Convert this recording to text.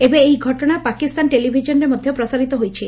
ଏବେ ଏହି ଘଟଣା ପାକିସ୍ତାନ ଟେଲିଭିଜନରେ ମଧ୍ଧ ପ୍ରସାରିତ ହୋଇଛି